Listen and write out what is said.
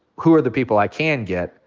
who are the people i can get?